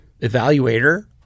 evaluator